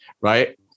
right